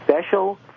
special